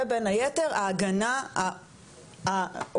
ובין היתר ההגנה האובייקטיבית,